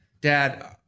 Dad